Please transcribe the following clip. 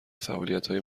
فعالیتهای